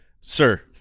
sir